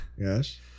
Yes